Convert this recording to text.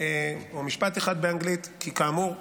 כי כאמור,